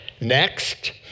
Next